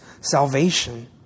salvation